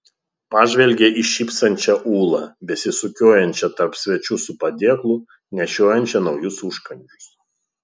pažvelgė į šypsančią ūlą besisukiojančią tarp svečių su padėklu nešiojančią naujus užkandžius